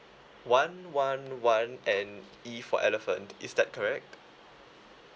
one one one and E for elephant is that correct